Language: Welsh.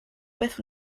beth